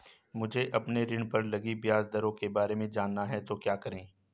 मुझे अपने ऋण पर लगी ब्याज दरों के बारे में जानना है तो क्या करें?